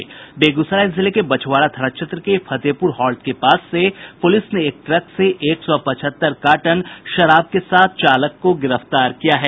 बेगूसराय जिले के बछवारा थाना क्षेत्र के फतेहपुर हाल्ट के पास से पुलिस ने एक ट्रक से एक सौ पचहत्तर कार्टन विदेशी शराब के साथ चालक को गिरफ्तार किया है